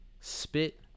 spit